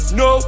no